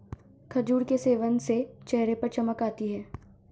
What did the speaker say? खजूर के सेवन से चेहरे पर चमक आती है